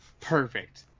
Perfect